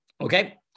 Okay